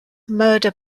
murder